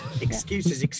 Excuses